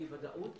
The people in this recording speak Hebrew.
אי ודאות,